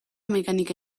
mekanika